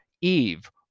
Eve